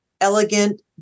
elegant